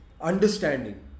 understanding